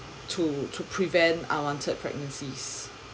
to to prevent unwanted pregnancies